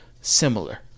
similar